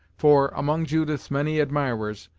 for, among judith's many admirers,